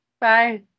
bye